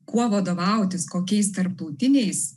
kuo vadovautis kokiais tarptautiniais